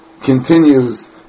continues